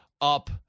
up